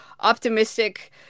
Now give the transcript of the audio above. optimistic